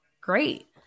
great